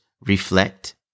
reflect